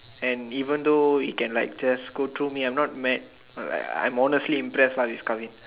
and even though he can like just go through me I'm not mad uh like I'm honestly impressed lah with Karvin